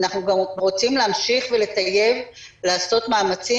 אנחנו רוצים להמשיך ולטייב ולעשות מאמצים